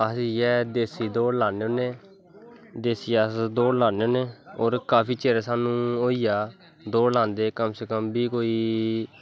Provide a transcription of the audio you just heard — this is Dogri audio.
असइयै देस्सी दौड़ लान्ने होने देस्सी दौड़ लान्ने होने और काफी चिर साह्नू होईया दौड़ लांदे कम सो कम कोई